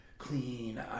clean